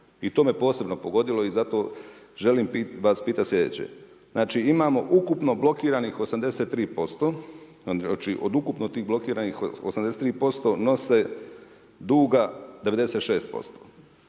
I to me posebno pogodilo i zato želim vas pitati slijedeće. Znači, imamo ukupno blokiranih 83%, znači od ukupno tih blokiranih 83% nose duga 96%,